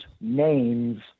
names